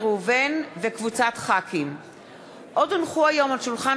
דוד אמסלם, הצעת